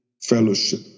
fellowship